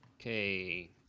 Okay